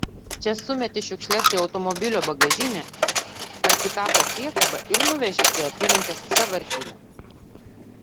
čia sumeti šiukšles į automobilio bagažinę ar pikapo priekabą ir nuveži į apylinkės sąvartyną